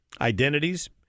identities